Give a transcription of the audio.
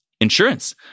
Insurance